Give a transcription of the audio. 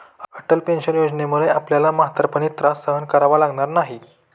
Atal pension योजनेमुळे आपल्याला म्हातारपणी त्रास सहन करावा लागणार नाही